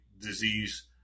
disease